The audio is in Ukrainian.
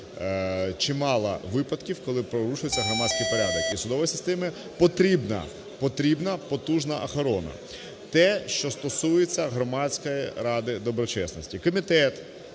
Чимало випадків, коли порушується громадський порядок, і судовій системі потрібна – потрібна потужна охорона. Те, що стосується Громадської ради доброчесності. Комітет